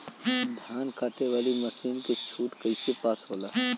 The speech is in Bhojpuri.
धान कांटेवाली मासिन के छूट कईसे पास होला?